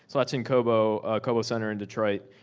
so that's in kobo. kobo center in detroit.